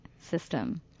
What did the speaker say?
system